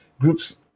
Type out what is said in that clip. groups